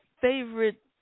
favorite